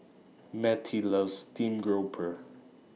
Mettie loves Stream Grouper